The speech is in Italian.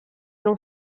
non